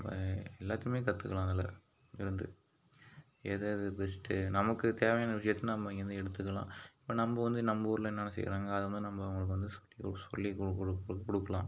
இப்போ எல்லாத்தையும் கத்துக்கலாம் நல்லா இருந்து எதெது பெஸ்ட்டு நமக்கு தேவையான விஷயத்தை நம்ம அங்கேருந்து எடுத்துக்கலாம் இப்போ நம்ம வந்து நம்ம ஊரில் என்ன என்ன செய்கிறாங்க அதை வந்து நம்ம அவங்களுக்கு வந்து சொல்லி கொடுக்கலாம்